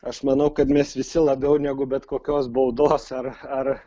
aš manau kad mes visi labiau negu bet kokios baudos ar ar